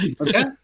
okay